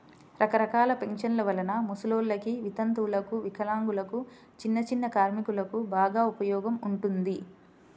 రకరకాల పెన్షన్ల వలన ముసలోల్లకి, వితంతువులకు, వికలాంగులకు, చిన్నచిన్న కార్మికులకు బాగా ఉపయోగం ఉంటుంది